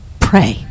Pray